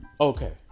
Okay